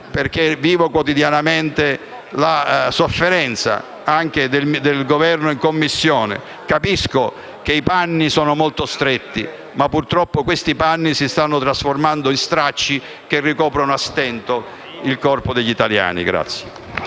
perché vivo quotidianamente, la sofferenza del Governo, anche in Commissione; capisco che i panni sono molto stretti, ma purtroppo questi panni si stanno trasformando in stracci che ricoprono a stento il corpo degli italiani.